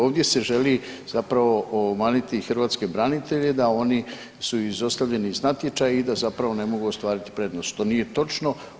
Ovdje se želi zapravo obmanuti hrvatske branitelje da oni su izostavljeni iz natječaja i da ne mogu ostvariti prednost što nije točno.